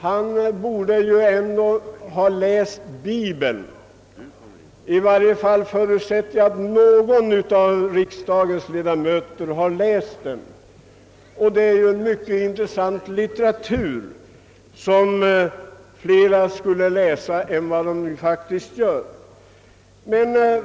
Han bör ju ha läst bibeln, och jag förutsätter att en del andra av riksdagens ledamöter också har gjort det. Det är en mycket intressant litteratur som fler borde läsa än som faktiskt är fallet.